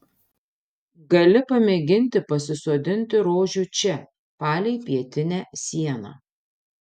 gali pamėginti pasisodinti rožių čia palei pietinę sieną